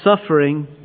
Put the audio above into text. suffering